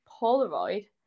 Polaroid